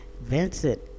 Vincent